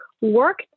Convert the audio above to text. work